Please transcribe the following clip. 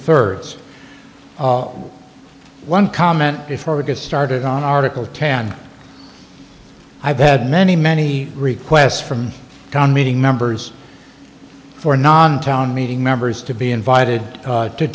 thirds one comment is hard to get started on article ten i've had many many requests from town meeting members for non town meeting members to be invited to